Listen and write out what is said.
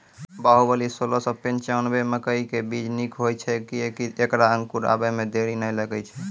बाहुबली सोलह सौ पिच्छान्यबे मकई के बीज निक होई छै किये की ऐकरा अंकुर आबै मे देरी नैय लागै छै?